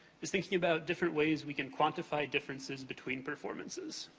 was thinking about different ways we can quantify differences between performances.